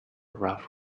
rough